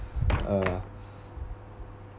uh